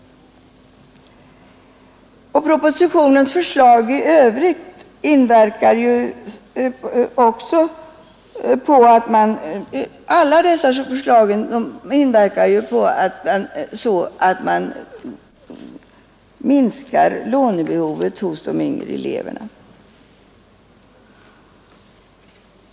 Alla propositionens förslag verkar så att de yngre elevernas lånebehov minskar.